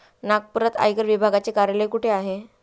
नागपुरात आयकर विभागाचे कार्यालय कुठे आहे?